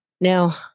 Now